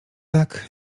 tak